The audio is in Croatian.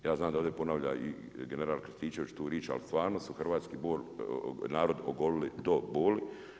Ja znam da ovdje ponavlja i general Krstičević tu riječ ali stvarno su hrvatski narod ogolili do boli.